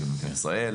נגד מדינת ישראל,